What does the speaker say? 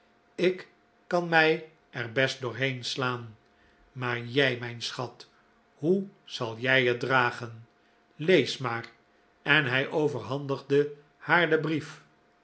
ik kan mij er best doorheen slaan maar jij mijn schat hoe zal jij het dragen lees maar en hij overhandigde haar den brief